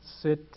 sit